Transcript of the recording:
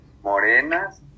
morenas